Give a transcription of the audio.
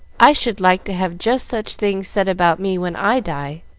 i should like to have just such things said about me when i die.